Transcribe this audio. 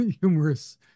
humorous